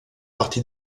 partie